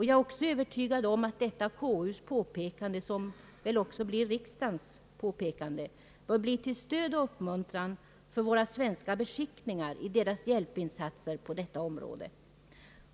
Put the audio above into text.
Jag är också övertygad om att detta KU:s påpekande, som väl också blir riksdagens, blir till stöd och uppmuntran för våra svenska beskickningar i deras hjälpinsatser på detta område.